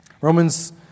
Romans